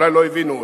אולי לא הבינו אותו.